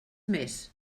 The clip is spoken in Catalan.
més